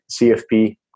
CFP